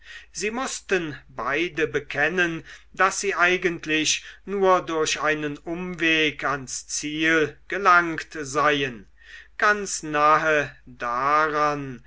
sie mußten beide bekennen daß sie eigentlich nur durch einen umweg ans ziel gelangt seien ganz nahe daran